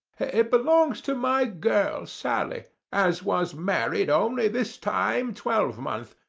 it belongs to my girl sally, as was married only this time twelvemonth,